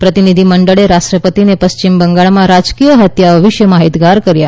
પ્રતિનિધિમંડળે રાષ્ટ્રપતિને પશ્ચિમ બંગાળમાં રાજકીય હત્યાઓ વિશે માહિતગાર કર્યા